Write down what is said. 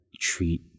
treat